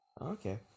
Okay